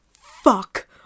fuck